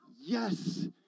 yes